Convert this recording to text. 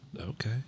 Okay